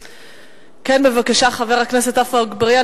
כן, בבקשה, חבר הכנסת עפו אגבאריה.